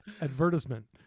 advertisement